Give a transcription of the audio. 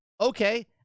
okay